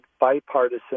bipartisan